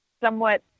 somewhat